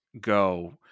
go